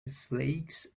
flakes